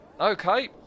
Okay